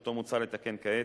שאותו מוצע לתקן כעת,